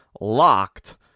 LOCKED